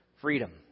freedom